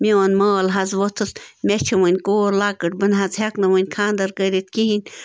میون مول حظ ووٚتھُس مےٚ چھِ وٕنہِ کوٗر لۄکٕٹۍ بہٕ نَہ حظ ہٮ۪کہٕ نہٕ وٕنہِ خانٛدَر کٔرِتھ کِہیٖنۍ